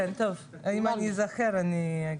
טוב, אם אני אזכר אני אגיד.